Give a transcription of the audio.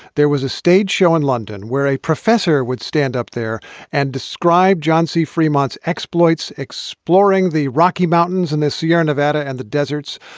there was a stage show in london where a professor would stand up there and describe jonsi fremont's exploits, exploring the rocky mountains in the sierra nevada and the deserts,